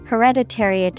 Hereditary